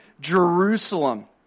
Jerusalem